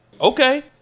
Okay